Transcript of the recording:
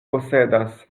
posedas